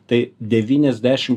tai devyniasdešim